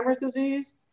disease